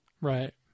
right